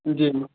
जी